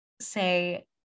say